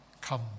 Come